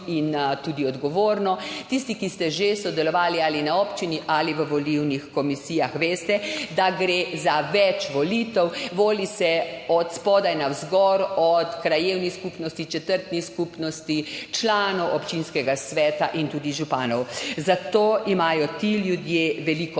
in tudi odgovorno. Tisti, ki ste že sodelovali ali na občini ali v volilnih komisijah, veste, da gre za več volitev. Voli se od spodaj navzgor, od krajevnih skupnosti, četrtnih skupnosti, članov občinskega sveta in tudi županov. Zato imajo ti ljudje veliko